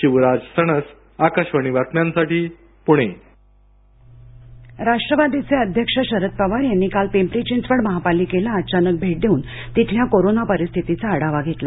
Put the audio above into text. शिवराज सणस आकाशवाणी बातम्यांसाठी पूणे शरद पवार राष्ट्रवादीचे अध्यक्ष शरद पवार यांनी काल पिंपरी चिंचवड महापालिकेला अचानक भेट देऊन तिथल्या कोरोना परिस्थितीचा आढावा घेतला